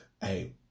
hey